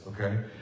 okay